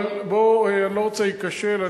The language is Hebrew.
אבל אני לא רוצה להיכשל,